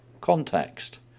context